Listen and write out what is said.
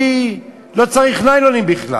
לא צריך ניילונים בכלל.